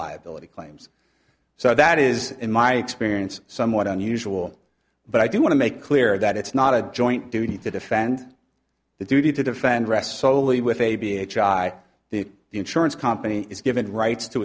liability claims so that is in my experience somewhat unusual but i do want to make clear that it's not a joint duty to defend the duty to defend rests solely with a b a h a i think the insurance company has given rights to